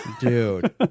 Dude